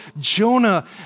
Jonah